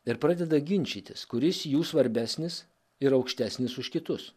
ir pradeda ginčytis kuris jų svarbesnis ir aukštesnis už kitus